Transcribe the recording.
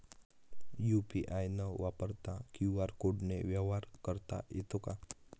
UPI न वापरता QR कोडने व्यवहार करता येतो का?